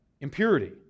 impurity